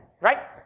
right